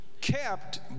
Kept